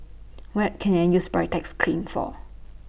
What Can I use Baritex Cream For